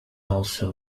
also